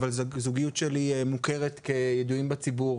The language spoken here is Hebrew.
אבל הזוגיות שלי מוכרת כ"ידועים בציבור",